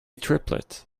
triplet